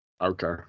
Okay